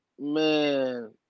Man